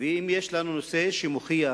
אם יש לנו נושא שמוכיח